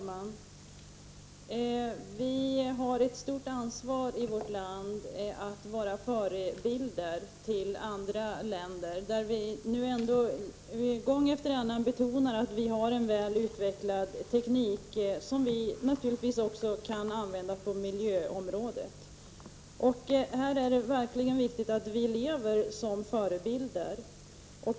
Fru talman! Vi har i vårt land ett stort ansvar som förebilder för andra länder. Det betonas gång efter annan att vi har en väl utvecklad teknik som vi naturligtvis också kan använda på miljöområdet. Det är verkligen viktigt att vi lever som förebilder.